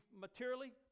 materially